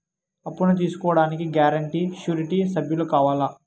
అప్పును తీసుకోడానికి guarantee, surety సభ్యులు కావాలా?